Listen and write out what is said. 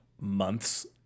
months